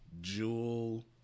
Jewel